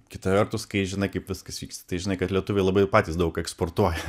kita vertus kai žinai kaip viskas vyksta tai žinai kad lietuviai labai patys daug eksportuoja